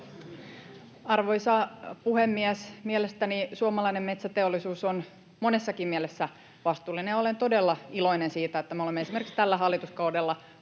Arvoisa puhemies! Mielestäni suomalainen metsäteollisuus on monessakin mielessä vastuullinen, ja olen todella iloinen siitä, että me olemme esimerkiksi tällä hallituskaudella